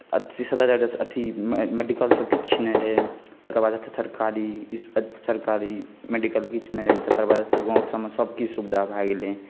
सदर अथी मेडिकलसभ किछु नहि रहै तकर बाद सरकारी मेडिकल किछु नहि रहै तकर बादसँ गाँवसभमे सभ किछु सुविधा भए गेलै